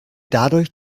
dadurch